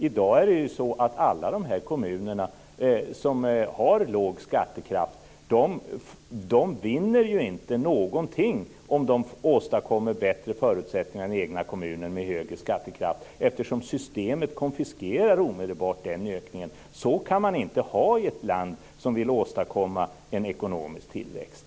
I dag är det så att alla kommuner som har låg skattekraft inte vinner någonting om de åstadkommer bättre förutsättningar med högre skattekraft i den egna kommunen, eftersom systemet omedelbart konfiskerar ökningen. Så kan man inte ha det i ett land som vill åstadkomma en ekonomisk tillväxt!